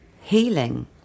healing